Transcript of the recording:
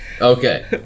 Okay